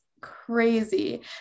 Crazy